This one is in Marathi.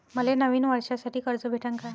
मले नवीन वर्षासाठी कर्ज भेटन का?